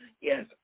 yes